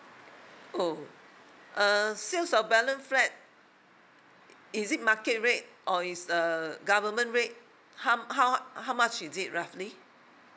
oh err sales of balance flat is it market rate or is a government rate how how how much is it roughly